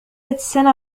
السنة